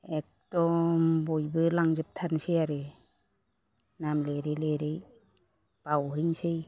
एकदम बयबो लांजोबथारनोसै आरो नाम लिरै लिरै बावहैनोसै